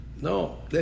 No